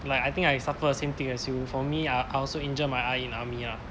like I think I suffer the same thing as you for me ah I also injure my eye in army ah